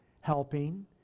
helping